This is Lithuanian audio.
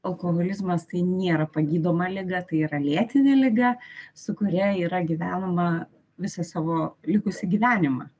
alkoholizmas tai nėra pagydoma liga tai yra lėtinė liga su kuria yra gyvenama visą savo likusį gyvenimą